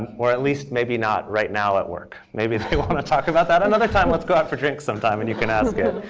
or at least maybe not right now at work. maybe they want to talk about that another time. let's go out for drinks sometime and you can ask it.